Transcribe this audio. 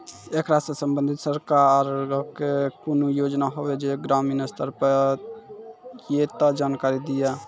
ऐकरा सऽ संबंधित सरकारक कूनू योजना होवे जे ग्रामीण स्तर पर ये तऽ जानकारी दियो?